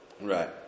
Right